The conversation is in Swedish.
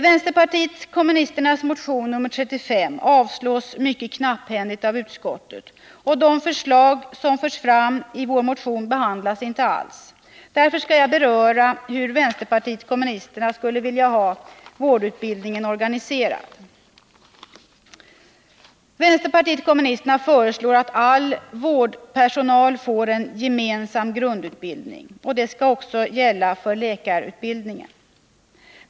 Vänsterpartiet kommunisternas motion nr 35 avstyrks mycket knapphändigt av utskottet, och de förslag som förs fram i vår motion behandlas inte alls. Därför skall jag redogöra för hur vänsterpartiet kommunisterna skulle vilja ha vårdutbildningen organiserad. Vänsterpartiet kommunisterna föreslår att all vårdpersonal får en gemensam grundutbildning. Det skall gälla också för läkarutbildningen.